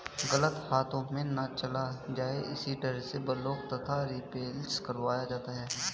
गलत हाथों में ना चला जाए इसी डर से ब्लॉक तथा रिप्लेस करवाया जाता है